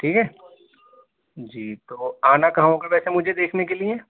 ٹھیک ہے جی تو آنا کہاں ہوگا ویسے مجھے دیکھنے کے لیے